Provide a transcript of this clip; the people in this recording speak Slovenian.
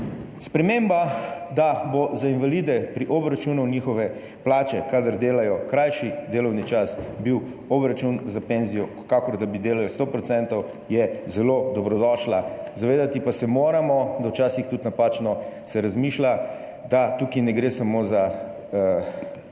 Sprememba, da bo za invalide pri obračunu njihove plače, kadar delajo krajši delovni čas, obračun za pokojnino tak, kakor da bi delali 100 %, je zelo dobrodošla. Zavedati pa se moramo, da se včasih tudi napačno razmišlja, da tukaj ne gre samo za skrajšanje